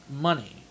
money